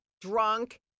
drunk